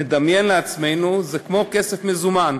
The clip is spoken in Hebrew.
נדמיין לעצמנו שזה כמו כסף מזומן.